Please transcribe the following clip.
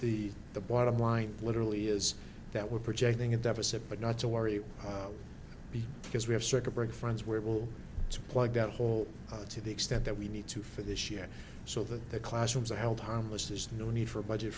the the bottom line literally is that we're projecting a deficit but not to worry it will be because we have circuit breaker friends were able to plug that hole to the extent that we need to for this year so that the classrooms are held harmless there's no need for a budget